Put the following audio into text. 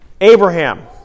Abraham